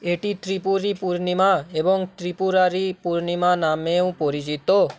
এটি ত্রিপুরী পূর্ণিমা এবং ত্রিপুরারী পূর্ণিমা নামেও পরিচিত